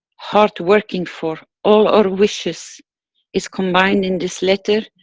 hard working for. all our wishes is combined in this letter,